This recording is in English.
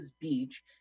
beach